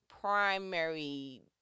primary